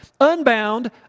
unbound